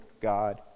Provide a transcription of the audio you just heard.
God